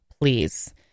please